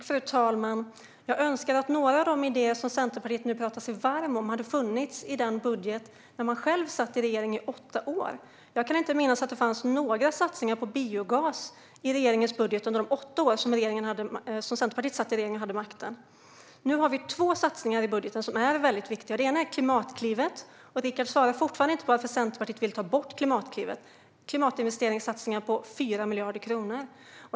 Fru talman! Jag hade önskat att några av de idéer som Centerpartiet nu pratar sig varmt om hade funnits i någon budget under de åtta år då man själv satt i regering. Jag kan inte minnas att det skulle ha funnits några satsningar på biogas i regeringens budgetar under de åtta år då Centerpartiet hade del av regeringsmakten. Nu har vi två väldigt viktiga satsningar i budgeten. Den ena är Klimatklivet. Rickard svarar fortfarande inte på varför Centerpartiet vill ta bort Klimatklivet. Det rör sig om klimatinvesteringssatsningar på 4 miljarder kronor.